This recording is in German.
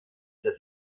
das